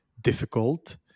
difficult